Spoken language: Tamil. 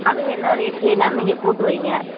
அதுவும் என்ன ரேட் என்னன்னு நீங்கள் போட்டு வைங்க